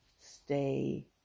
stay